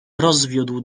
rozwiódł